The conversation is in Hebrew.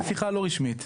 שיחה לא רשמית.